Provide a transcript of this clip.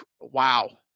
wow